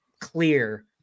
clear